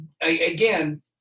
again